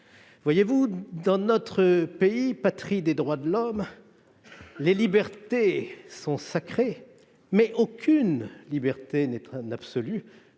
collègue, dans notre pays, patrie des droits de l'homme, toutes les libertés sont sacrées, mais aucune liberté n'est un absolu.